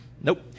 Nope